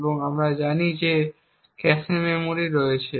এবং আমরা জানি যে একটি ক্যাশ মেমরি রয়েছে